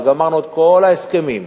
כשגמרנו את כל ההסכמים,